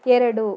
ಎರಡು